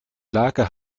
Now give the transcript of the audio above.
lager